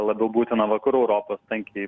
labiau būtina vakarų europos tankiai